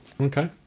Okay